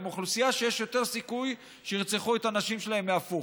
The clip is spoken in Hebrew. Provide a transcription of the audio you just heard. הם אוכלוסייה שיש יותר סיכוי שירצחו את הנשים שלהם מהפוך.